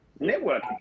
networking